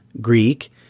Greek